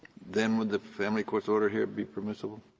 then would the family court's order here be permissible?